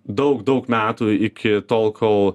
daug daug metų iki tol kol